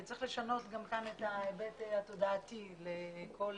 וצריך לשנות גם כאן את ההיבט התודעתי לכל